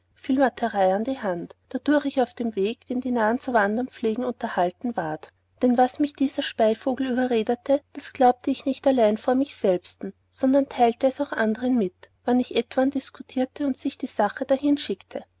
an die hand dadurch ich auf dem weg den die narren zu wandern pflegen unterhalten ward dann was mich dieser speivogel überredte das glaubte ich nicht allein vor mich selbsten sondern teilte es auch andern mit wann ich etwan diskurierte und sich die sache